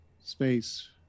space